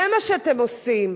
זה מה שאתם עושים.